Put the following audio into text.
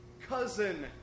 cousin